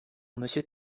monsieur